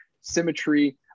symmetry